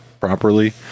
properly